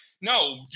no